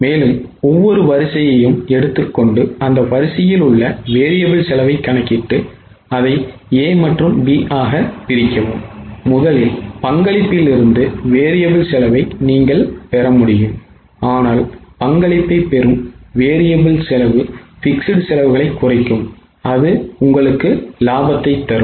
எனவே ஒவ்வொரு வரிசையும் எடுத்துக்கொண்டு அந்த வரிசையில் உள்ள variable செலவைக் கணக்கிட்டு அதை A மற்றும் B ஆக பிரிக்கவும் முதலில் பங்களிப்பிலிருந்து variable செலவை நீங்கள் பெற முடியும் ஆனால் பங்களிப்பைப் பெறும் variable செலவு fixed செலவுகளைக் குறைக்கும் அது உங்களுக்கு லாபத்தைத் தரும்